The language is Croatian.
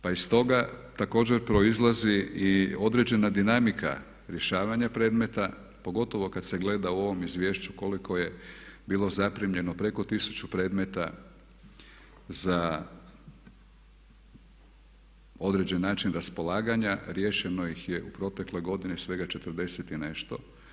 Pa iz toga također proizlazi i određena dinamika rješavanja predmeta pogotovo kad se gleda u ovom izvješću koliko je bilo zaprimljeno preko 1000 predmeta za određen način raspolaganja, riješeno ih je u protekloj godini svega četrdeset i nešto.